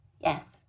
yes